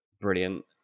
brilliant